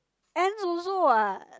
ants also what